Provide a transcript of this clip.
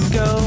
go